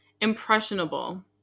impressionable